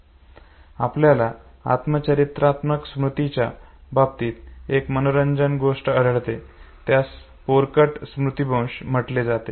आपल्याला आत्मचरित्रात्मक स्मृतीच्या बाबतीत एक मनोरंजक गोष्ट आढळते त्यास पोरकट स्मृतीभ्रंश म्हटले जाते